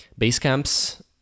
Basecamp's